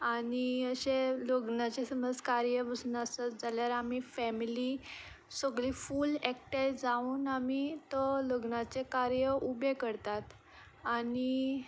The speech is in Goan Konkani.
आनी अशें लग्नाचें समज कार्य पासून आसत जाल्यार आमी फेमिली सगळीं फूल एकठांय जावन आमी तो लग्नाचो कार्य उबें करतात आनी